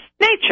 nature